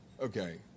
Okay